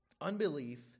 Unbelief